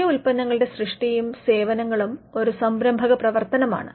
പുതിയ ഉൽപ്പന്നങ്ങളുടെ സൃഷ്ടിയും സേവനങ്ങളും ഒരു സംരംഭക പ്രവർത്തനമാണ്